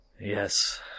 yes